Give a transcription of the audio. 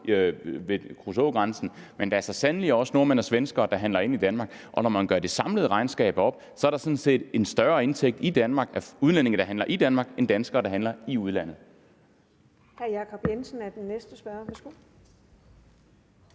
ved Kruså, men der er så sandelig også nordmænd og svenskere, der handler ind i Danmark. Og når man gør det samlede regnskab op, er der sådan set en større indtægt fra udlændinge, der handler i Danmark, end fra danskere, der handler i udlandet. Kl. 14:25 Den fg. formand (Karen